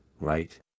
right